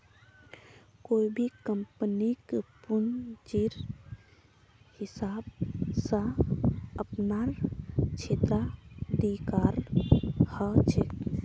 कोई भी कम्पनीक पूंजीर हिसाब स अपनार क्षेत्राधिकार ह छेक